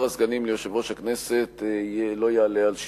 הסגנים ליושב-ראש הכנסת לא יעלה על שבעה.